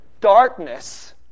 darkness